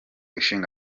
ishinga